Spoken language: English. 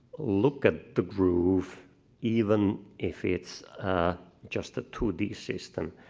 look at the groove even if it's just a two d system,